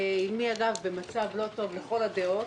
אמי אגב במצב לא טוב לכל הדעות.